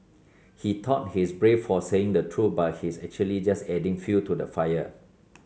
he thought he's brave for saying the truth but he's actually just adding fuel to the fire